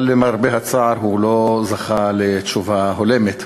אבל למרבה הצער הוא לא זכה לתשובה הולמת.